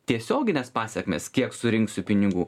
tiesiogines pasekmes kiek surinksiu pinigų